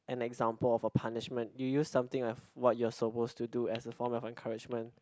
an example of a punishment you use something of what you are supposed to do as a form of encouragement